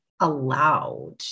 allowed